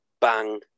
bang